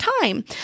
time